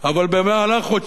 אבל במהלך חודשיים,